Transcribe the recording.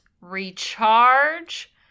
recharge